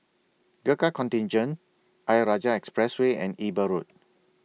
Gurkha Contingent Ayer Rajah Expressway and Eber Road